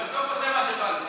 ובסוף עושה מה שבא לו.